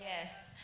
Yes